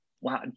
Wow